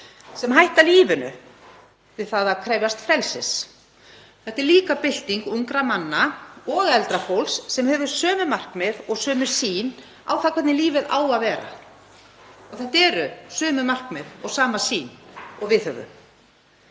sem hætta lífinu við það að krefjast frelsis. Þetta er líka bylting ungra manna og eldra fólks sem hefur sömu markmið og sömu sýn á það hvernig lífið á að vera. Þetta eru sömu markmið og sama sýn og við höfum.